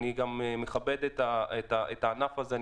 אני מכבד את הענף הזה,